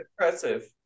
impressive